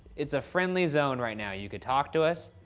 it's a friendly zone right now. you could talk to us,